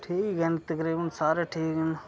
ठीक न तकरीबन सारे ठीक न